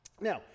now